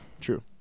True